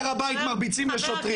בהר הבית מרביצים לשוטרים.